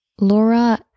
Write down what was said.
Laura